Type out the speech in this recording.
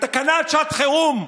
בתקנת שעת חירום.